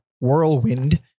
whirlwind